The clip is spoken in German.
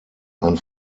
ein